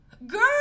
Girl